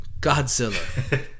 Godzilla